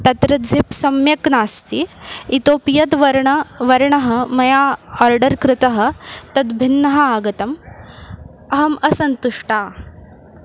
तत्र ज़िप् सम्यक् नास्ति इतोऽपि यद्वर्णः वर्णः मया आर्डर् कृतः तद्भिन्नः आगतः अहम् असन्तुष्टा